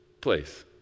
place